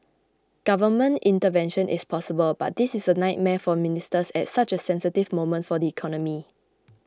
government intervention is possible but this is a nightmare for ministers at such a sensitive moment for the economy